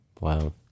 Wow